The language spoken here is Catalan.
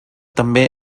també